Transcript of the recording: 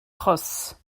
crosses